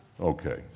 Okay